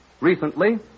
Recently